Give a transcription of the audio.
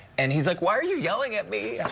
and he's like why are you yelling at me?